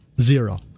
Zero